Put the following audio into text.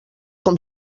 com